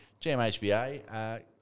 GMHBA